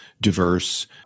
diverse